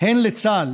הן לצה"ל,